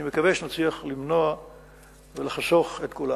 אני מקווה שנצליח למנוע ולחסוך את כולם.